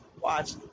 watch